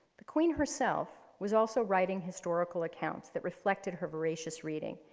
the queen herself was also writing historical accounts that reflected her veracious reading.